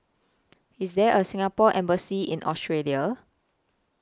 IS There A Singapore Embassy in Australia